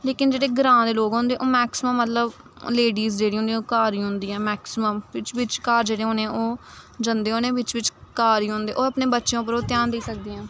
लेकिन जेह्ड़े ग्रां दे लोग होंदे ओह् मैक्सीमम मतलब लेडीस जेह्ड़ियां होंदियां ओह् घर गै होंदियां मैक्सीमम बिच्च बिच्च घर जेह्ड़े उ'नें ओह् जंदे होने बिच्च बिच्च घर गै होंदे ओह् बच्चें उप्पर ओह् ध्यान देई सकदियां न